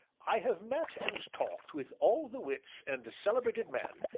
i have met and talked with all the wits, and celebrated men,